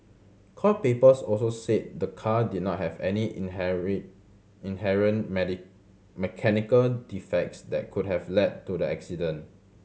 court papers also said the car did not have any inherit inherent mechanical defects that could have led to the accident